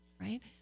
right